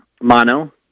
Mono